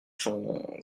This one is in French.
sont